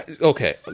Okay